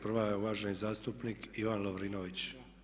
Prva je uvaženi zastupnik Ivan Lovrinović.